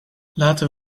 laten